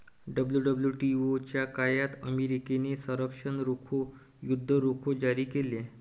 WWTO च्या काळात अमेरिकेने संरक्षण रोखे, युद्ध रोखे जारी केले